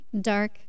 dark